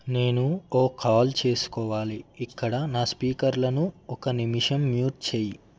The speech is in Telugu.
నేను ఓ కాల్ చేసుకోవాలి ఇక్కడ నా స్పీకర్లను ఒక నిమిషం మ్యూట్ చెయ్యి